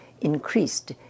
increased